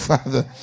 Father